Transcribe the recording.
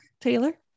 Taylor